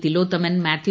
Thilothaman Mathew